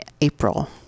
April